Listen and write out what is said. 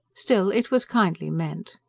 still, it was kindly meant.